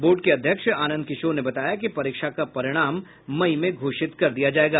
board के अध्यक्ष आनंद किशोर ने बताया कि परीक्षा का परिणाम मई में घोषित कर दिया जायेगा